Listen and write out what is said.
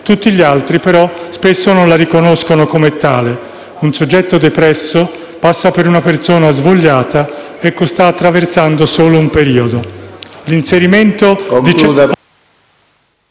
tutti gli altri, però, spesso non la riconoscono come tale. Un soggetto depresso passa per una persona svogliata o che sta attraversando solo un periodo.